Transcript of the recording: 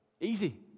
easy